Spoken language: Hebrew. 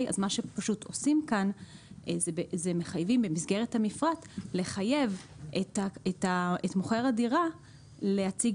מה שעושים כאן זה במסגרת המפרט לחייב את מוכר הדירה להציג